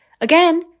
Again